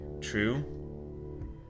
true